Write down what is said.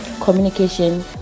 communication